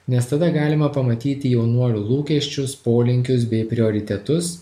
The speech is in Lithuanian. nes tada galima pamatyti jaunuolių lūkesčius polinkius bei prioritetus